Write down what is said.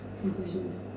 conclusions